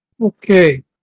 Okay